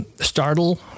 startle